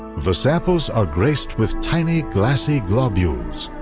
the samples are graced with tiny glassy globules,